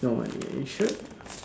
no you should